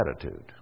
attitude